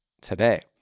today